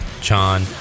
Chon